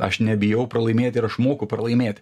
aš nebijau pralaimėti ir aš moku pralaimėti